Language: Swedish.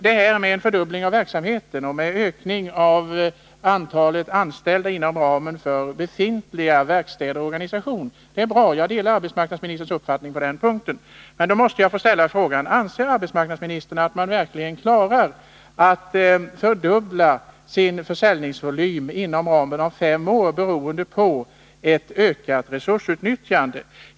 Detta med en fördubbling av verksamheten och en ökning av antalet anställda inom ramen för befintliga verkstäder och organisationer är bra. Jag delar arbetsmarknadsministerns uppfattning på den punkten. Men då måste jag få ställa frågan: Anser arbetsmarknadsministern att man verkligen klarar att fördubbla sin försäljningsvolym inom ramen av fem år beroende på ett ökat resursutnyttjande?